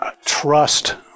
trust